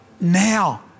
now